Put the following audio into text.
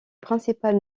principal